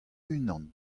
unan